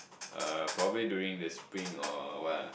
uh probably during the Spring or what ah